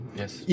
yes